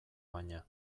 baina